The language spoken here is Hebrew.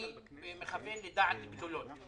אני מכוון לדעת גדולות.